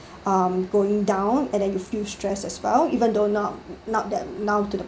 um going down and then you feel stressed as well even though now not that now too